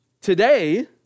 today